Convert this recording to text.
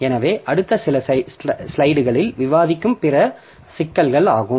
எனவே அடுத்த சில ஸ்லைடுகளில் விவாதிக்கும் பிற சிக்கல்கள் ஆகும்